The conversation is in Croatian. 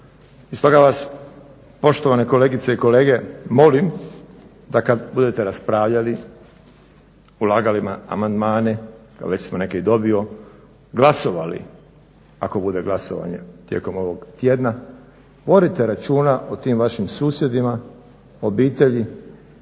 I stoga vas poštovane kolegice i kolege molim, da kad budete raspravljali, ulagali amandmane, već sam neke i dobio, glasovali, ako bude glasovanje tijekom ovog tjedna, vodite računa o tim vašim susjedima, obitelji,